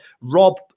Rob